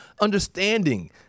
understanding